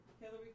Hillary